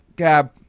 Gab